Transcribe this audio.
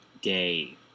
day